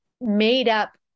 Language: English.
made-up